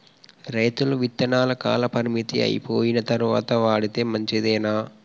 రైతులు విత్తనాల కాలపరిమితి అయిపోయిన తరువాత వాడితే మంచిదేనా?